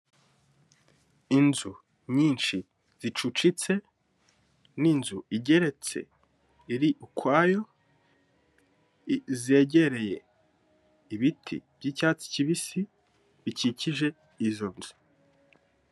Inzu nyinshi zicucitse n'inzu igeretse iri ukwayo zegereye ibiti by'icyatsi kibisi bikikije izo nzu.